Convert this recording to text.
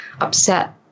upset